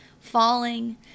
Falling